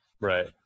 Right